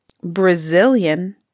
Brazilian